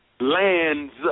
lands